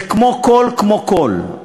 זה כמו הכול, הכול.